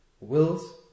wills